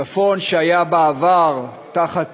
זה צפון שהיה בעבר תחת